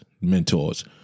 mentors